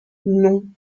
non